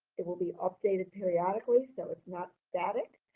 it will be updated periodically so it's not static.